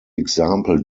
example